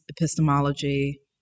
epistemology